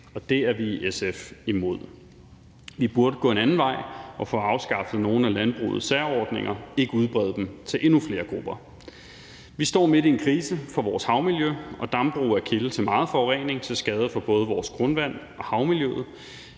det er vi i SF imod. Vi burde gå en anden vej og få afskaffet nogle af landbrugets særordninger, ikke udbrede dem til endnu flere grupper. Vi står midt i en krise for vores havmiljø, og dambrug er kilde til meget forurening til skade for både vores grundvand og havmiljøet.